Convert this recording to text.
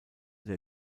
der